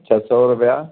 छह सौ रुपिया